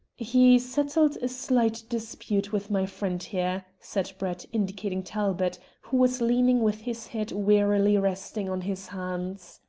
he settled a slight dispute with my friend here, said brett, indicating talbot, who was leaning with his head wearily resting on his hands.